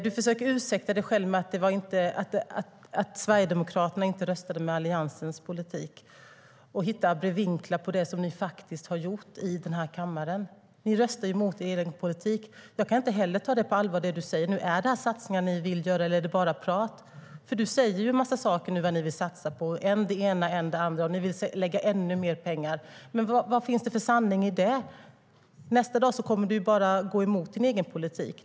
Du försöker ursäkta dig med att Sverigedemokraterna inte röstade för Alliansens politik och försöker hitta abrovinker till det som ni faktiskt har gjort i den här kammaren. Ni röstade mot er egen politik. Inte heller det du säger nu kan jag ta på allvar. Är det satsningar som ni vill göra eller är det bara prat? Du räknar upp en massa saker som ni vill satsa på, än det ena, än det andra, och säger att ni vill satsa ännu mer pengar. Men vad finns det för sanning i det? Nästa dag kommer du att gå emot din egen politik.